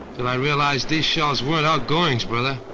then i realized these shells weren't outgoings, brother,